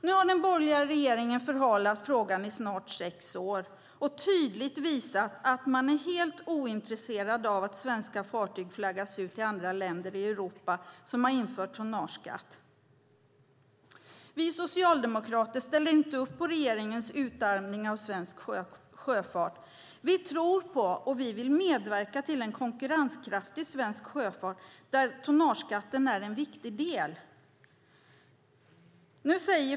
Nu har den borgerliga regeringen förhalat frågan i snart sex år och tydligt visat att man är helt ointresserad av att svenska fartyg flaggas ut till andra länder i Europa som har infört tonnageskatt. Vi socialdemokrater ställer inte upp på regeringens utarmning av svensk sjöfart. Vi tror på och vill medverka till en konkurrenskraftig svensk sjöfart där tonnageskatten är en viktig del.